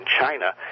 China